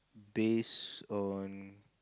based on